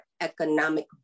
economic